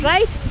Right